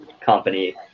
company